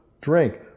drink